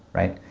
right?